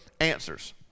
answers